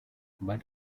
but